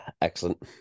Excellent